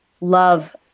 love